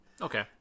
Okay